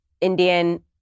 Indian